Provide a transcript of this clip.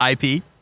IP